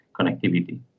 connectivity